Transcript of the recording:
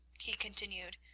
he continued,